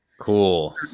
Cool